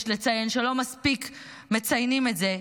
יש לציין שלא מספיק מציינים את זה,